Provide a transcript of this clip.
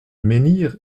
menhir